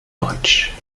deutsch